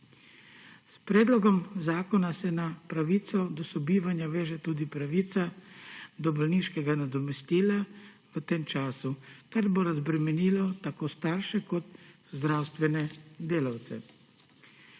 S predlogom zakona se na pravico do sobivanja veže tudi pravica do bolniškega nadomestila v tem času, kar bo razbremenilo tako starše kot zdravstvene delavce.